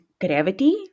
gravity